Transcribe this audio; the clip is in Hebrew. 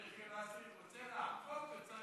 ראש עיריית אשדוד לסרי רוצה לעקוף את שר